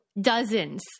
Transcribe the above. dozens